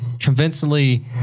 Convincingly